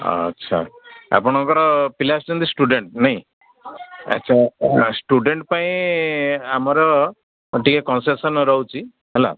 ଆଚ୍ଛା ଆପଣଙ୍କର ପିଲା ଆସିଛନ୍ତି ଷ୍ଟୁଡ଼େଣ୍ଟ ନାଇଁ ଆଚ୍ଛା ଷ୍ଟୁଡ଼େଣ୍ଟ ପାଇଁ ଆମର ଟିକେ କନସେସନ୍ ରହୁଛି ହେଲା